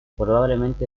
probablemente